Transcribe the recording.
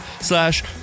slash